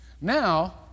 Now